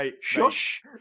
shush